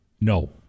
No